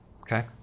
Okay